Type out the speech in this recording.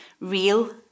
real